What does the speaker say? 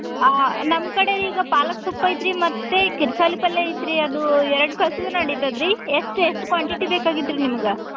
ಹಾಂ ನಮ್ಮ ಕಡೆ ಈಗ ಪಾಲಕ್ ಸೊಪ್ಪು ಐತ್ರಿ ಮತ್ತು ಕಿರ್ಸಾಲಿ ಪಲ್ಲೆ ಐತ್ರಿ ಅದು ಎರಡು ಕಳಿಸಿದ್ರಾ ನಡಿತದೆ ರೀ ಎಷ್ಟು ಎಷ್ಟು ಕ್ವಾಂಟಿಟಿ ಬೇಕಾಗಿತ್ತು ರೀ ನಿಮ್ಗೆ